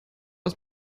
ist